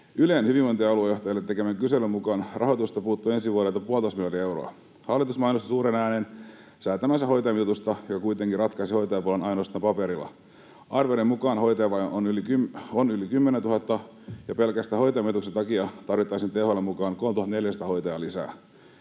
Ylen hyvinvointialuejohtajille tekemän kyselyn mukaan rahoitusta puuttuu ensi vuodelta puolitoista miljardia euroa. Hallitus mainosti suureen ääneen säätämäänsä hoitajamitoitusta, joka kuitenkin ratkaisi hoitajapulan ainoastaan paperilla. Arvioiden mukaan hoitajavaje on yli 10 000, ja pelkästään hoitajamitoituksen takia tarvittaisiin THL:n mukaan 3 400 hoitajaa lisää.